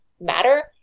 matter